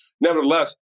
Nevertheless